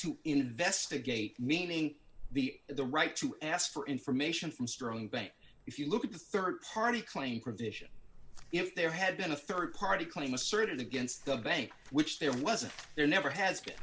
to investigate meaning the the right to ask for information from sterling bank if you look at the rd party claim provision if there had been a rd party claim asserted against the bank which there wasn't there never has been